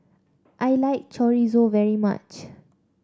I like Chorizo very much